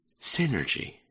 synergy